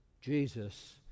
Jesus